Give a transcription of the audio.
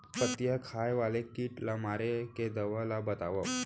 पत्तियां खाए वाले किट ला मारे के दवा ला बतावव?